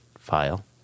file